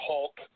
Hulk